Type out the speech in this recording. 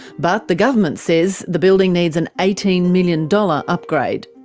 but the government says the building needs an eighteen million dollars upgrade.